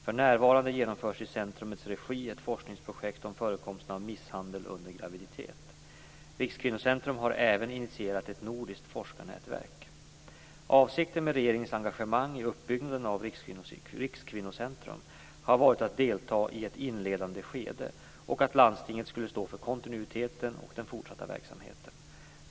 För närvarande genomförs i centrumets regi ett forskningsprojekt om förekomsten av misshandel under graviditet. Rikskvinnocentrum har även initierat ett nordiskt forskarnätverk. Avsikten med regeringens engagemang i uppbyggnaden av Rikskvinnocentrum har varit att delta i ett inledande skede och att landstinget skulle stå för kontinuiteten och den fortsatta verksamheten.